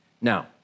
Now